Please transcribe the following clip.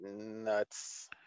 Nuts